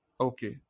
Okay